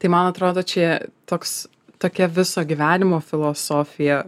tai man atrodo čia toks tokia viso gyvenimo filosofija